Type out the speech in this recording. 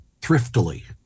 thriftily